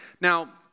Now